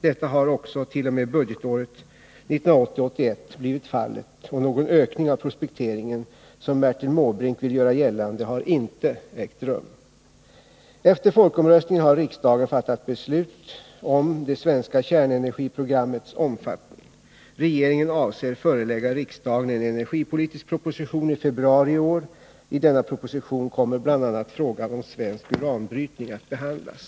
Detta har också, t.o.m. budgetåret 1980/81, blivit fallet, och någon ökning av prospekteringen, som Bertil Måbrink vill göra gällande, har inte ägt rum. Regeringen avser förelägga riksdagen en energipolitisk proposition i februari i år. I denna proposition kommer bl.a. frågan om svensk uranbrytning att behandlas.